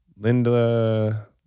linda